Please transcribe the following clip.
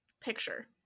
picture